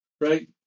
right